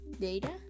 data